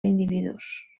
individus